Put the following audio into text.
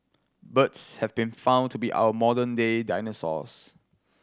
birds have been found to be our modern day dinosaurs